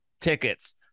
tickets